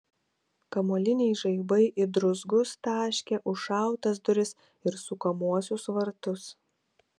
kamuoliniai žaibai į druzgus taškė užšautas duris ir sukamuosius vartus